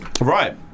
right